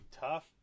tough